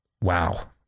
wow